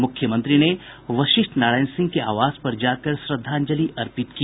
मुख्यमंत्री ने वशिष्ठ नारायण सिंह के आवास पर जाकर श्रद्धांजलि अर्पित की